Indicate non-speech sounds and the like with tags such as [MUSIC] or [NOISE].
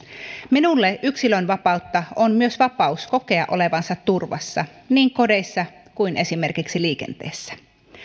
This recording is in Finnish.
minulle yksilönvapautta on myös vapaus kokea olevansa turvassa niin [UNINTELLIGIBLE] kodissa kuin esimerkiksi liikenteessä